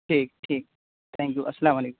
ٹھیک ٹھیک thank you السّلام علیکم